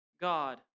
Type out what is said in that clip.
God